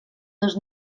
dos